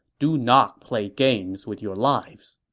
do not play games with your lives.